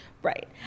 Right